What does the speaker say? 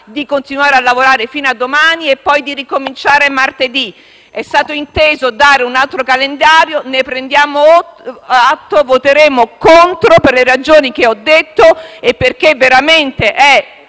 di continuare a lavorare fino a domani e poi ricominciare martedì. È stato inteso dare un altro calendario: ne prendiamo atto, ma voteremo contro per le ragioni che ho appena enunciato e perché è veramente